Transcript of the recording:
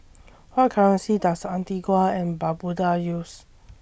What currency Does Antigua and Barbuda use